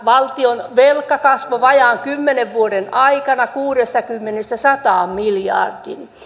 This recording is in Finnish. valtionvelka kasvoi vajaan kymmenen vuoden aikana kuudestakymmenestä sataan miljardiin